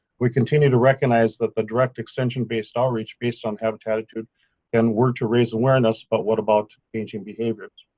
we continue to recognize that the direct extension based outreach based on habitattitude and were to raise awareness, but what about gauging behaviors?